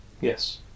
Yes